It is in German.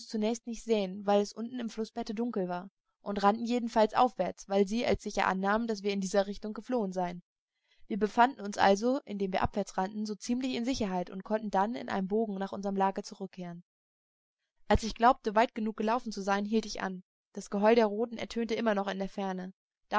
zunächst nicht sehen weil es unten im flußbette dunkel war und rannten jedenfalls aufwärts weil sie als sicher annahmen daß wir in dieser richtung geflohen seien wir befanden uns also indem wir abwärts rannten so ziemlich in sicherheit und konnten dann in einem bogen nach unserm lager zurückkehren als ich glaubte weit genug gelaufen zu sein hielt ich an das geheul der roten ertönte immer noch in der ferne